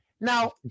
Now